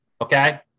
okay